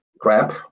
crap